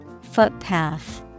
Footpath